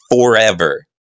forever